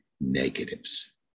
negatives